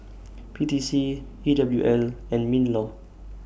P T C E W L and MINLAW